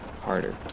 harder